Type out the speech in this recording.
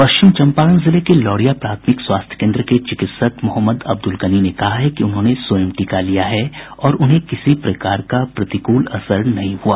पश्चिम चम्पारण जिले के लौरिया प्राथमिक स्वास्थ्य केन्द्र के चिकित्सक मोहम्मद अब्दुल गनी ने कहा कि उन्होंने स्वयं टीका लिया है और उन्हें किसी प्रकार प्रतिकूल असर नहीं हुआ